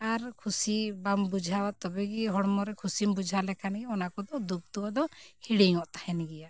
ᱟᱨ ᱠᱷᱩᱥᱤ ᱵᱟᱢ ᱵᱩᱡᱷᱟᱣᱟ ᱛᱚᱵᱮ ᱜᱮ ᱦᱚᱲᱢᱚ ᱨᱮ ᱠᱷᱩᱥᱤᱢ ᱵᱩᱡᱷᱟᱣ ᱞᱮᱠᱷᱟᱱ ᱜᱮ ᱚᱱᱟ ᱠᱚᱫᱚ ᱫᱩᱠ ᱟᱫᱚ ᱦᱤᱲᱤᱧᱚᱜ ᱛᱟᱦᱮᱱ ᱜᱮᱭᱟ